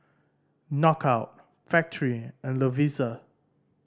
Knockout Factorie and Lovisa